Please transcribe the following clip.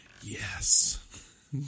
Yes